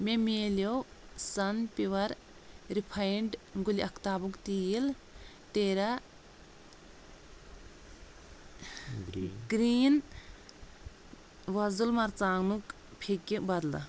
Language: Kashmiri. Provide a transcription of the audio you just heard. مےٚ مِلٮ۪و سن پیٛوٗر رِفاینڈ گُلہِ اختابُک تیٖل ٹیرا گرٛیٖن وۄزل مرژٕوانٛگُک پھیٚکہِ بدلہٕ